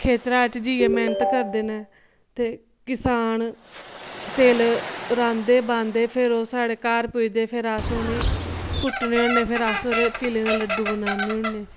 खेत्तरा च जाइयै मेहनत करदे नै ते किसान तिल राह्ंदे बाह्ंदे फिर ओह् स्हाड़े घर पुजदे फिर अस उनेंगी कुट्टने हुन्ने फिर अस्स उनें तिलें दे लड्डेू बनान्ने हुन्ने